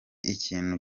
ikintu